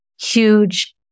huge